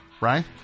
Right